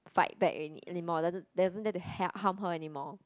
fight back any anymore doesn't doesn't dare to help harm her anymore